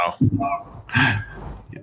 Wow